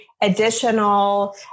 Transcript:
additional